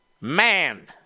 Man